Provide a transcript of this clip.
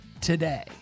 today